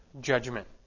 judgment